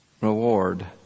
reward